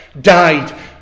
died